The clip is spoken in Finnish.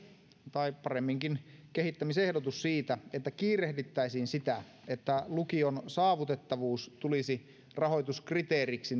tai paremminkin kehittämisehdotus siitä että kiirehdittäisiin sitä että lukion saavutettavuus tulisi rahoituskriteeriksi